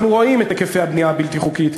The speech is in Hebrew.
אנחנו רואים את היקפי הבנייה הבלתי-חוקית,